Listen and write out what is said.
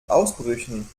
ausbrüchen